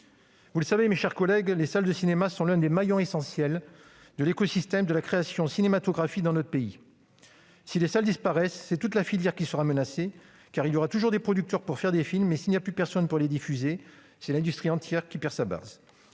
Vous le savez, mes chers collègues, les salles de cinéma sont l'un des maillons essentiels de l'écosystème de la création cinématographie dans notre pays. Si les salles disparaissent, c'est toute la filière qui sera menacée. Il y aura toujours des producteurs pour faire des films, mais s'il n'y a plus personne pour les diffuser, c'est l'industrie entière qui perd sa base.